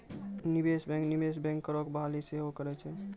निवेशे बैंक, निवेश बैंकरो के बहाली सेहो करै छै